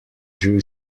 drew